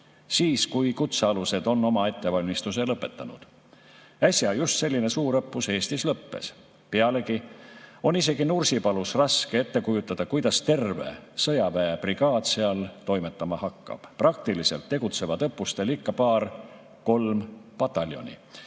siis, kui kutsealused on oma ettevalmistuse lõpetanud. Äsja just selline suurõppus Eestis lõppes. Pealegi on isegi Nursipalus raske ette kujutada, kuidas terve sõjaväebrigaad seal toimetama hakkab. Praktiliselt tegutsevad õppustel ikka paar-kolm pataljoni.